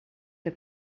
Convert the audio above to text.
que